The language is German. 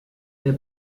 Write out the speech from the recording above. der